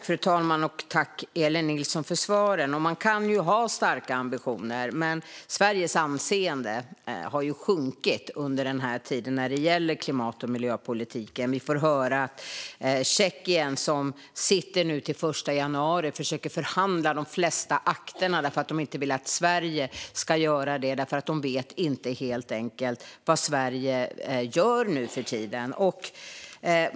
Fru talman! Tack, Elin Nilsson, för svaren! Man kan ha starka ambitioner, men Sveriges anseende har ju sjunkit under den här tiden när det gäller klimat och miljöpolitiken. Vi får höra att Tjeckien som nu sitter till den 1 januari försöker förhandla de flesta akterna för att de inte vill att Sverige ska göra det eftersom de helt enkelt inte vet vad Sverige gör nu för tiden.